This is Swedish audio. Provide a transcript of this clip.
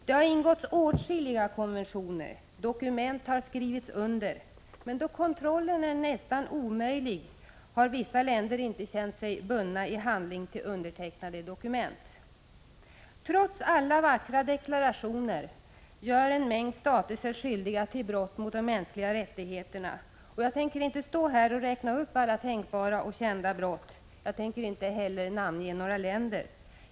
Det har ingåtts åtskilliga konventioner, dokument har skrivits under, men då kontrollen är nästan omöjlig har vissa länder inte känt sig bundna i handling till undertecknade dokument. Trots alla vackra deklarationer gör en mängd stater sig skyldiga till brott mot de mänskliga rättigheterna. Jag tänker inte räkna upp alla tänkbara och kända brott och inte heller namnge några länder.